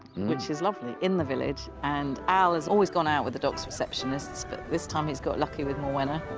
which is lovely, in the village, and al has always gone out with the doc's receptionists, but this time he's got lucky with morwenna,